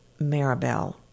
Maribel